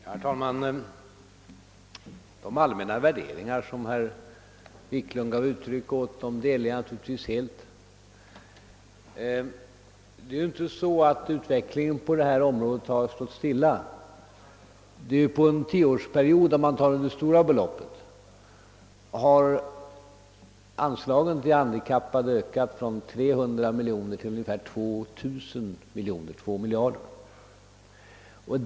Herr talman! De allmänna värderingar, som herr Wiklund i Stockholm gav uttryck åt, delar jag naturligtvis helt. Utvecklingen på detta område har ju inte stått stilla. För att tala om de stora beloppen kan jag nämna att anslagen till handikappade under en tioårsperiod har ökat från 300 miljoner kronor till ungefär 2 miljarder kronor.